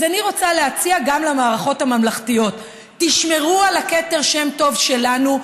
אז אני רוצה להציע גם למערכות הממלכתיות: תשמרו על כתר שם טוב שלנו,